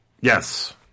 Yes